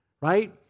right